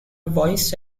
voice